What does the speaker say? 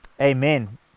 Amen